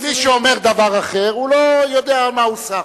מי שאומר דבר אחר לא יודע מה הוא סח.